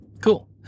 Cool